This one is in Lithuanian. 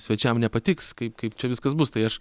svečiam nepatiks kaip kaip čia viskas bus tai aš